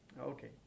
Okay